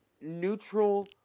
neutral